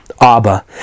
Abba